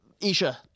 Isha